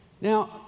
Now